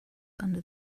under